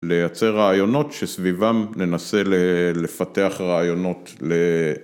לייצר רעיונות שסביבם ננסה לפתח רעיונות ל..